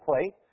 plate